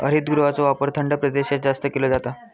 हरितगृहाचो वापर थंड प्रदेशात जास्त केलो जाता